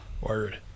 word